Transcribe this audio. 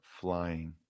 flying